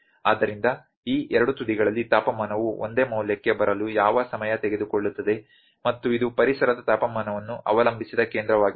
ಆದ್ದರಿಂದ ಈ ಎರಡೂ ತುದಿಗಳಲ್ಲಿ ತಾಪಮಾನವು ಒಂದೇ ಮೌಲ್ಯಕ್ಕೆ ಬರಲು ಯಾವ ಸಮಯ ತೆಗೆದುಕೊಳ್ಳುತ್ತದೆ ಮತ್ತು ಇದು ಪರಿಸರದ ತಾಪಮಾನವನ್ನು ಅವಲಂಬಿಸಿದ ಕೇಂದ್ರವಾಗಿರುತ್ತದೆ